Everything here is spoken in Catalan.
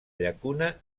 llacuna